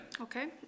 Okay